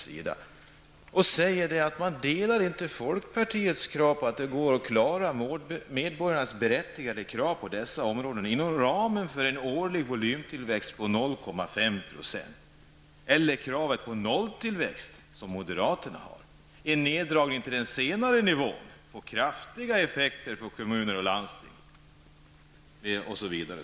Man säger att man inte delar folkpartiets uppfattning att det går att klara medborgarnas berättigade krav på dessa områden inom ramen för en årlig volymtillväxt på 0,5 % eller kravet på nolltillväxt, som moderaterna framför. Man säger vidare att en neddragning till den senare nivån skulle få kraftiga effekter för kommuner och landsting osv.